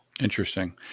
Interesting